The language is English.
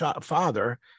father